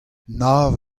nav